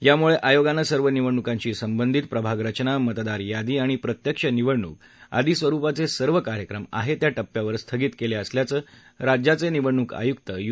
यामुळे आयोगाने सर्व निवडणुकांशी संबंधित प्रभाग रचना मतदार यादी आणि प्रत्यक्ष निवडणुक आदी स्वरूपाचे सर्व कार्यक्रम आहे त्या टप्प्यावर स्थगित केले असल्याचं राज्याचे निवडणूक आयुक्त यू